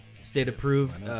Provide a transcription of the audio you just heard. State-approved